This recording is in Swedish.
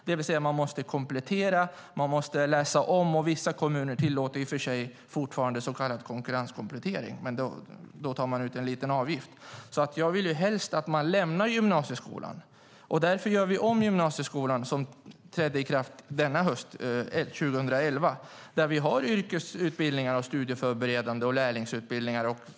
Då måste man komplettera och läsa om, och vissa kommuner tillåter fortfarande så kallad konkurrenskomplettering, men då tar man ut en liten avgift. Jag vill att man helst lämnar gymnasieskolan. Därför har vi gjort om gymnasieskolan, och den nya trädde i kraft hösten 2011. Där har vi yrkesutbildningar, studieförberedande utbildningar och lärlingsutbildningar.